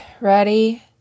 Ready